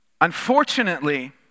Unfortunately